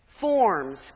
forms